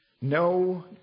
No